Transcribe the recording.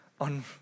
on